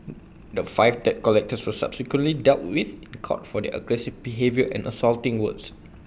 the five debt collectors subsequently dealt with in court for their aggressive behaviour and insulting words